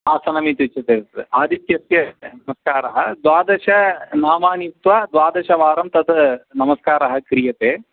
आसनमित्युच्यते अत्र आदित्यस्य नमस्कारः द्वादशनामानि उक्त्वा द्वादशवारं तद् नमस्कारः क्रियते